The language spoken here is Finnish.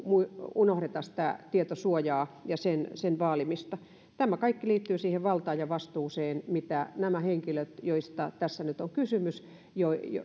unohdeta sitä tietosuojaa ja sen sen vaalimista tämä kaikki liittyy siihen valtaan ja vastuuseen mitä näiden henkilöiden joista tässä nyt on kysymys